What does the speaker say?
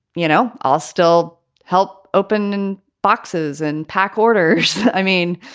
you know, i'll still help open boxes and pack orders. i mean,